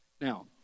Now